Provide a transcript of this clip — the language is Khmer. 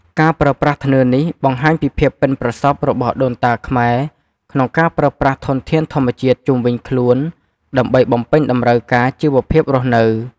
ការប្រើប្រាស់ធ្នើរនេះ បង្ហាញពីភាពប៉ិនប្រសប់របស់ដូនតាខ្មែរក្នុងការប្រើប្រាស់ធនធានធម្មជាតិជុំវិញខ្លួនដើម្បីបំពេញតម្រូវការជីវភាពរស់នៅ។